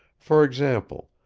for example,